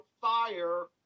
fire